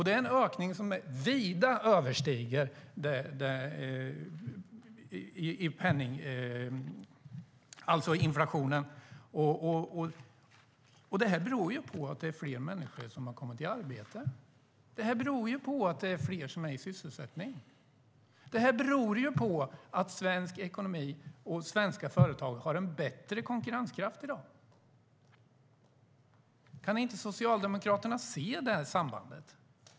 Det är en ökning som vida överstiger inflationen. Det beror på att fler människor har kommit i arbete. Det beror på att fler är i sysselsättning. Det beror på att svenska företag har en bättre konkurrenskraft i dag. Kan Socialdemokraterna inte se det sambandet?